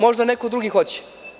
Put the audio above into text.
Možda neko drugi hoće?